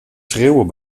schreeuwen